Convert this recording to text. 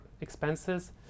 expenses